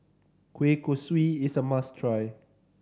kueh kosui is a must try